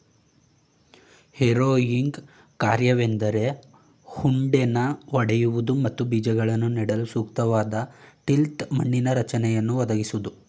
harrowing ಕಾರ್ಯವೆಂದರೆ ಉಂಡೆನ ಒಡೆಯುವುದು ಮತ್ತು ಬೀಜಗಳನ್ನು ನೆಡಲು ಸೂಕ್ತವಾದ ಟಿಲ್ತ್ ಮಣ್ಣಿನ ರಚನೆಯನ್ನು ಒದಗಿಸೋದು